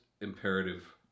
imperative